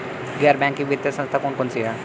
गैर बैंकिंग वित्तीय संस्था कौन कौन सी हैं?